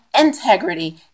integrity